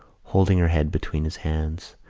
holding her head between his hands.